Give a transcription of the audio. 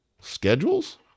schedules